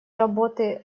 работы